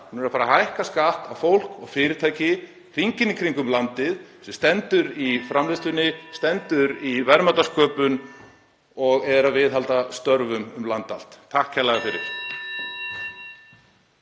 Hún er að fara að hækka skatt á fólk og fyrirtæki hringinn í kringum landið sem stendur í framleiðslunni, (Forseti hringir.) stendur í verðmætasköpun og er að viðhalda störfum um land allt. Takk kærlega fyrir.